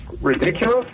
ridiculous